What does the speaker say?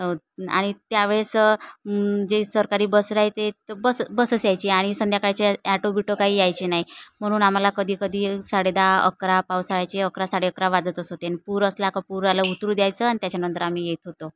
आणि त्यावेळेस जे सरकारी बस राहते तर बस बसच यायची आणि संध्याकाळच्या ॲटो बिटो काही यायची नाही म्हणून आम्हाला कधी कधी साडेदहा अकरा पावसाळ्याचे अकरा साडेअकरा वाजतच होते आणि पूर असला का पूर आला उतरू द्यायचं आणि त्याच्यानंतर आम्ही येत होतो